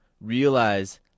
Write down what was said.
realize